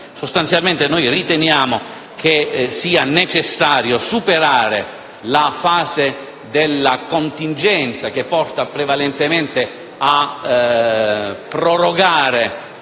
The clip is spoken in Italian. Sostanzialmente, riteniamo necessario superare la fase della contingenza, che porta prevalentemente a prorogare